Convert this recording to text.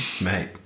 Mate